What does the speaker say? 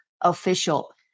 official